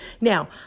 Now